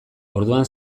orduan